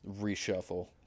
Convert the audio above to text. reshuffle